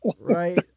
right